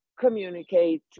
communicate